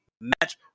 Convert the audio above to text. match